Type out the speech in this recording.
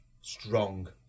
strong